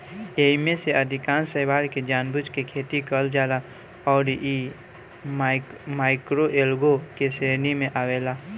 एईमे से अधिकांश शैवाल के जानबूझ के खेती कईल जाला अउरी इ माइक्रोएल्गे के श्रेणी में आवेला